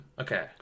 okay